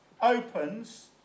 opens